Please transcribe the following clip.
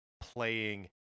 playing